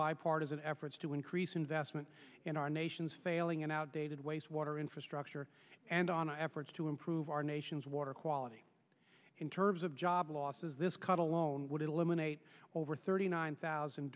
bipartisan efforts to increase investment in our nation's failing an outdated waste water infrastructure and on efforts to improve our nation's water quality in terms of job losses this cut alone would eliminate over thirty nine thousand